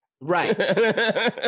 Right